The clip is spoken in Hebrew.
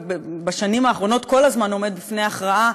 ובשנים האחרונות כל הזמן עומד בפני הכרעה,